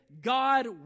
God